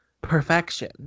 perfection